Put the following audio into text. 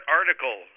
article